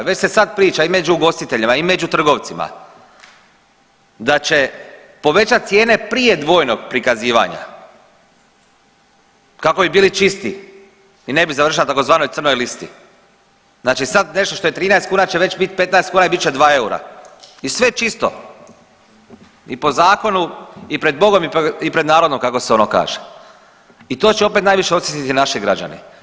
Već se sad priča i među ugostiteljima i među trgovcima da će povećat cijene prije dvojnog prikazivanja kako bi bili čisti i ne bi završili na tzv. crnoj listi, znači sad nešto što je 13 kuna će već bit 15 kuna i bit će 2 eura i sve je čisto i po zakonu i pred Bogom i pred narodom kako se ono kaže i to će opet najviše osjetiti naši građani.